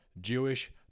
Jewish